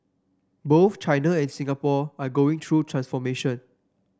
both China and Singapore are going through transformation